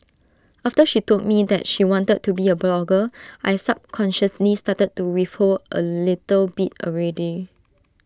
after she told me that she wanted to be A blogger I subconsciously started to withhold A little bit already